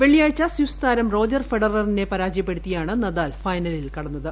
വെള്ളിയാഴ്ച സ്വിസ് താരം റോജർ ഫെഡററിനെ പരാജയപ്പെടുത്തിയാണ് നദാൽ ഫൈനലിൽ കടന്നത്